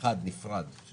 אחד נפרד.